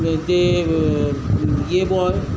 যে ইয়ে বয়